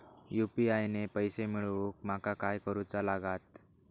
UPI ने पैशे मिळवूक माका काय करूचा लागात?